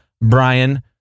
Brian